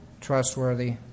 trustworthy